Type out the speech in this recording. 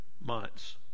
months